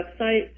website